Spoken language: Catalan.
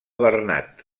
bernat